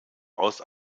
aus